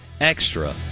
Extra